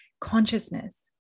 consciousness